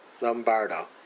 Lombardo